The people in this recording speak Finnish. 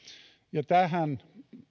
tähän